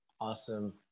Awesome